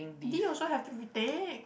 D also have to retake